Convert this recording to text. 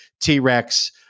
T-Rex